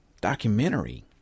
documentary